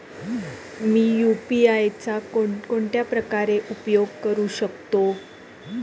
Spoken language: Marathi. मी यु.पी.आय चा कोणकोणत्या प्रकारे उपयोग करू शकतो?